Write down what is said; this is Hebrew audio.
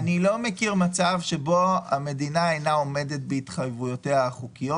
מצב שבו המדינה אינה עומדת בהתחייבויותיה החוקיות.